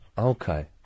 Okay